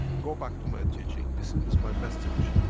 go back to my teaching. this is my message,